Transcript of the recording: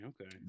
Okay